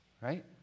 Right